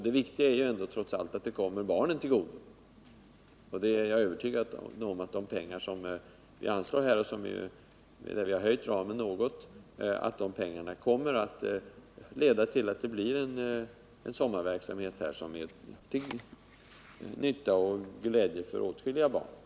Det viktiga är ändå att bidragen kommer barnen till godo, och jag är övertygad om att de pengar som vi anslår — och vi har ju höjt ramen något — skall komma att leda till en sommarverksamhet som är till nytta och glädje för åtskilliga barn.